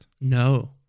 No